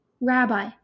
Rabbi